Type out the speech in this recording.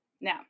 Now